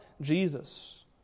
Jesus